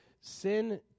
Sin